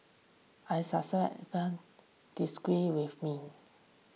I disagree with me